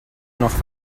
noch